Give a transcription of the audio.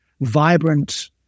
vibrant